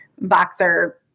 boxer